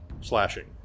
slashing